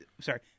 Sorry